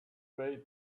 way